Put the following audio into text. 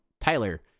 Tyler